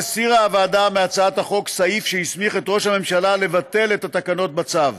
הסירה הוועדה מהצעת החוק סעיף שהסמיך את ראש הממשלה לבטל את התקנות בצו.